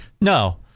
No